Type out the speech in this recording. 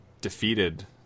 defeated